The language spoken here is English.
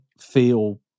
feel